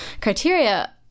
criteria